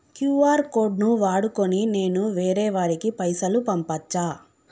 QR code ను వాడుకొని నేను వేరే వారికి పైసలు పంపచ్చా?